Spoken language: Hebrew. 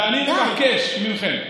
ואני מבקש מכם,